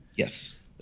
Yes